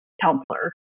counselor